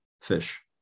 Fish